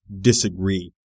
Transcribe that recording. disagree